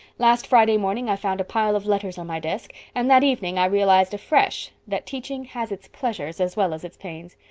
last friday morning i found a pile of letters on my desk and that evening i realized afresh that teaching has its pleasures as well as its pains.